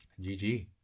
GG